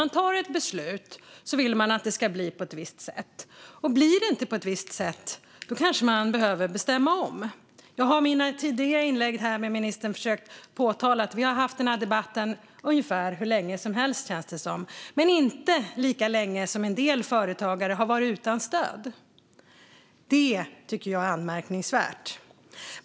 Fru talman! Om man tar ett beslut vill man ju att det ska bli på ett visst sätt. Blir det då inte på det sättet kanske man behöver ändra sitt beslut. I mina tidigare inlägg har jag försökt säga att vi nu har haft den här debatten hur länge som helst - så känns det - men inte så länge som en del företagare har varit utan stöd. Det tycker jag är anmärkningsvärt.